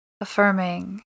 affirming